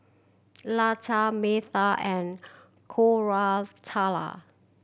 Lata Medha and Koratala